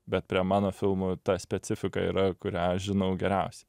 bet prie mano filmų ta specifika yra kurią žinau geriausiai